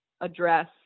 address